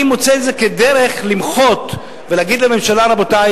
אני מוצא את זה כדרך למחות ולהגיד לממשלה: רבותי,